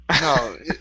No